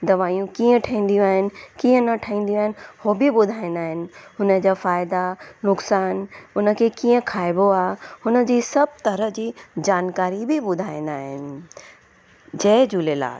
दवाईयूं कीअं ठहंदियूं आहिनि कीअं न ठहंदियूं आहिनि उहो बि ॿुधाईंदा आहिनि हुनजा फ़ाइदा नुक़सानु हुनखे कीअं खाइबो आहे हुनजी सभ तरह जी जानकारी बि ॿुधाईंदा आहिनि जय झूलेलाल